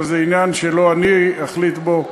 אבל זה עניין שלא אני אחליט בו.